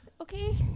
Okay